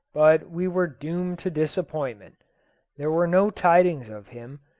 but we were doomed to disappointment there were no tidings of him,